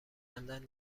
لندن